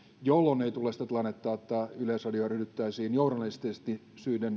jolloin ei tule sitä tilannetta että yleisradiota ryhdyttäisiin journalististen